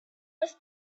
was